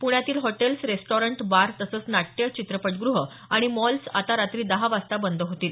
पुण्यातील hotels restaurant bar तसंच नाट्य चित्रपट गृह आणि मॉल्स आता रात्री दहा वाजता बंद होतील